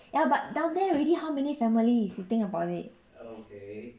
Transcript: ya but down there already how many families you think about it